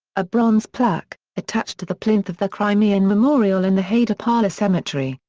a bronze plaque, attached to the plinth of the crimean memorial in the haydarpasa cemetery,